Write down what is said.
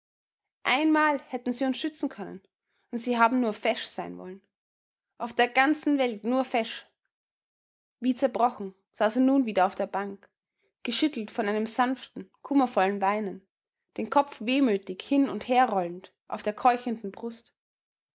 einmal hätten sie uns schützen können und sie haben nur fesch sein wollen auf der ganzen welt nur fesch wie zerbrochen saß er nun wieder auf der bank geschüttelt von einem sanften kummervollen weinen den kopf wehmütig hin und herrollend auf der keuchenden brust